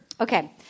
Okay